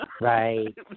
Right